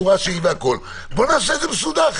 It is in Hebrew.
נעשה את זה מסודר.